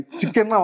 chicken